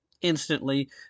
instantly